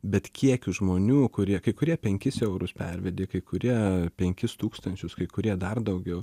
bet kiekiu žmonių kurie kai kurie penkis eurus pervedė kai kurie penkis tūkstančius kai kurie dar daugiau